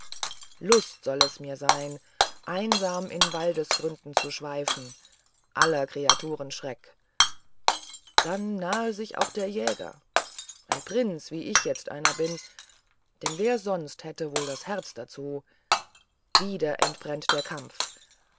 lust soll es mir sein einsam in waldesgründen zu schweifen aller kreaturen schreck dann nahe sich auch der jäger ein prinz wie ich jetzt einer bin denn wer sonst hätte wohl das herz dazu wieder entbrenne der kampf